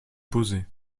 poser